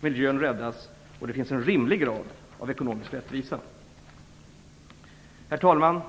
miljön räddas och där det finns en rimlig grad av ekonomisk rättvisa. Herr talman!